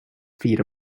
feet